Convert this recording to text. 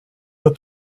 but